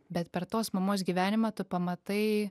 bet per tos mamos gyvenimą tu pamatai